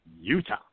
Utah